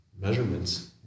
measurements